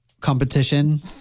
competition